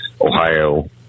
Ohio